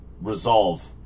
resolve